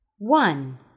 One